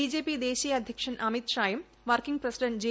BJP ദേശീയ അദ്ധ്യക്ഷൻ ൂഅമിത് ഷായും വർക്കിംഗ് പ്രസിഡന്റ് ജെ